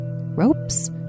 Ropes